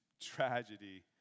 tragedy